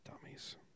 Dummies